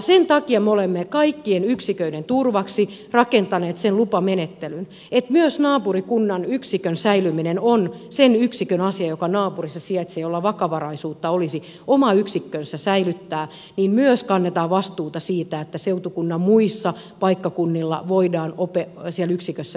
sen takia me olemme kaikkien yksiköiden turvaksi rakentaneet sen lupamenettelyn että myös naapurikunnan yksikön säilyminen on sen yksikön asia joka naapurissa sijaitsee jolla vakavaraisuutta olisi oma yksikkönsä säilyttää niin että myös kannetaan vastuuta siitä että seutukunnan muilla paikkakunnilla voidaan siellä yksikössä vielä opiskella